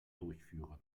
durchführen